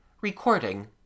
Recording